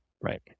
Right